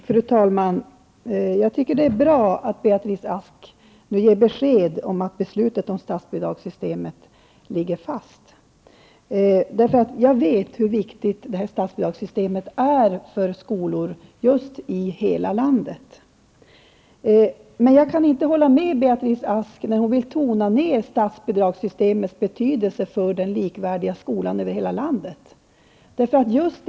Fru talman! Jag tycker att det är bra att Beatrice Ask nu ger besked om att beslutet om statsbidragssystemet ligger fast. Jag vet hur viktigt statsbidragssystemet är för skolor i hela landet. Men jag kan därför inte hålla med Beatrice Ask när hon vill tona ned systemets betydelse för den likvärdiga skolan över hela landet.